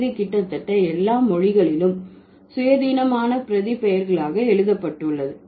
இது கிட்டத்தட்ட எல்லா மொழிகளிலும் சுயாதீனமான பிரதிபெயர்களாக எழுதப்பட்டுள்ளது